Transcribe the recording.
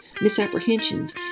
misapprehensions